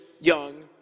young